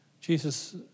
Jesus